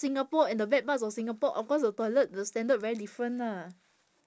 singapore and the bad parts of singapore of course the toilet the standard very different lah